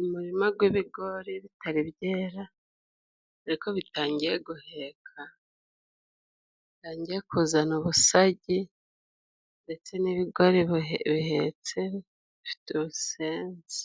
Umurima gw'ibigori bitari byera ariko bitangiye guheka, bitangiye kuzana ubusagi ndetse n'ibigori bihetse bifite ubusenzi .